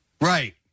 Right